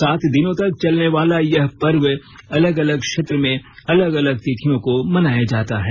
सात दिनों तक चलने वाला है यह पर्व अलग अलग क्षेत्र में अलग अलग तिथियों को मनाया जाता है